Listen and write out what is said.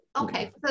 Okay